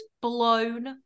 blown